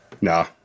nah